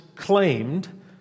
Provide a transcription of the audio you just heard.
claimed